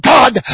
God